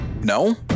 No